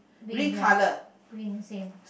bin ya green same